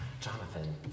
Jonathan